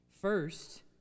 First